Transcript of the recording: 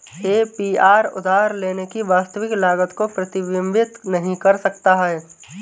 APR उधार लेने की वास्तविक लागत को प्रतिबिंबित नहीं कर सकता है